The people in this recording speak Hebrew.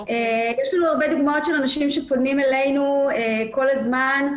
יש לנו הרבה דוגמאות של אנשים שפונים אלינו כל הזמן,